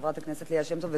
חברת הכנסת ליה שמטוב,